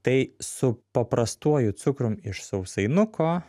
tai su paprastuoju cukrum iš sausainuko